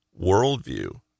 worldview